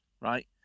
right